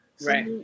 Right